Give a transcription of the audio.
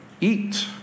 eat